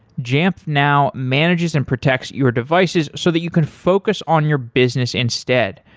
jamf now manages and protects your devices so that you can focus on your business instead.